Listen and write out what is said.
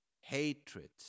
hatred